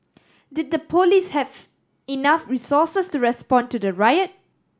did the police have enough resources to respond to the riot